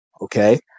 okay